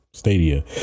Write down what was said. Stadia